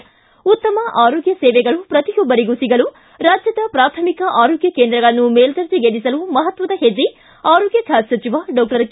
ಿ ಉತ್ತಮ ಆರೋಗ್ಯ ಸೇವೆಗಳು ಪ್ರತಿಯೊಬ್ಬರಿಗೂ ಸಿಗಲು ರಾಜ್ಯದ ಪ್ರಾಥಮಿಕ ಆರೋಗ್ಯ ಕೇಂದ್ರಗಳನ್ನು ಮೇಲ್ದರ್ಜೆಗೇರಿಸಲು ಮಹತ್ವದ ಹೆಜ್ಜೆ ಆರೋಗ್ಯ ಖಾತೆ ಸಚಿವ ಡಾಕ್ಟರ್ ಕೆ